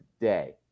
Day